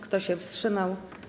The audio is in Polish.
Kto się wstrzymał?